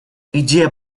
идея